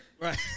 Right